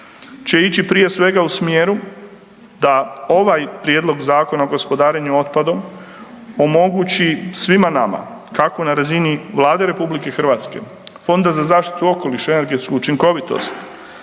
će ići prije svega u smjeru da ovaj prijedlog Zakona o gospodarenju otpadom omogući svima nama, kako na razini Vlade RH, Fonda za zaštitu okoliša i energetsku učinkovitost,